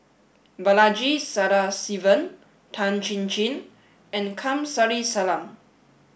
Balaji Sadasivan Tan Chin Chin and Kamsari Salam